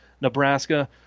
Nebraska